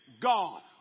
God